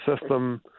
system